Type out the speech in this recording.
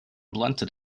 blunted